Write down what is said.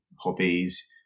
hobbies